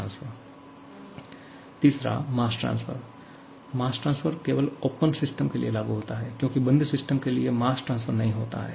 3 mass transfer mass transfer केवल open system के लिए लागू होता है क्योंकि बंद सिस्टम के लिए मास ट्रांसफर नहीं होता है